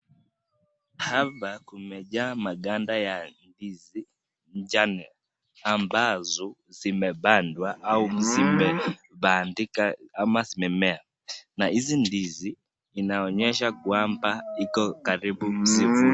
Hapa kumejaa maganda ya ndizi kijani ambazo zimepandwa au zimepandika ama zimemea na hizi ndizi inaonyesha kwamba iko karibu zivunwe.